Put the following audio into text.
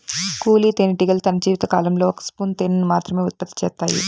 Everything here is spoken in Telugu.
కూలీ తేనెటీగలు తన జీవిత కాలంలో ఒక స్పూను తేనెను మాత్రమె ఉత్పత్తి చేత్తాయి